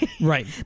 Right